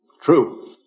True